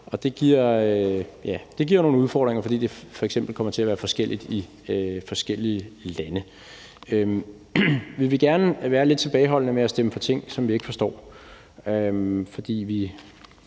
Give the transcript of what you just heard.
det giver nogle udfordringer, fordi det f.eks. kommer til at være forskelligt i forskellige lande. Vi vil gerne være lidt tilbageholdende med at stemme for ting, som vi ikke forstår,